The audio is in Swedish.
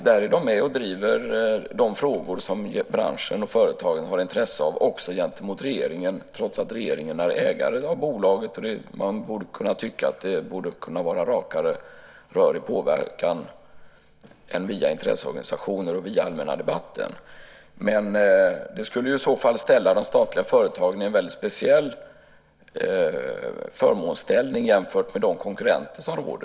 Där är de med och driver de frågor som branschen och företagen har intresse av, också gentemot regeringen trots att regeringen är ägare av bolaget och man borde kunna tycka att det kunde vara rakare rör i påverkan än via intresseorganisationer och via allmänna debatten. Det skulle i så fall ställa de statliga företagen i en väldigt speciell förmånsställning jämfört med konkurrenterna.